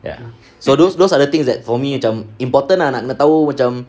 ya so those those are the things that for me macam important lah nak kena tahu macam